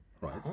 Right